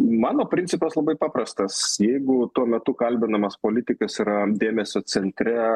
mano principas labai paprastas jeigu tuo metu kalbinamas politikas yra dėmesio centre